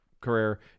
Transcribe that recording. career